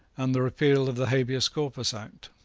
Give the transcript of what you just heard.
and the repeal of the habeas corpus act.